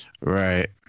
Right